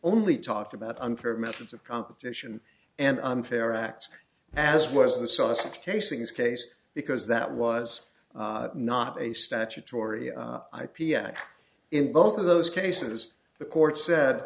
only talked about unfair methods of competition and unfair acts as was the sausage casings case because that was not a statutory i p x in both of those cases the court said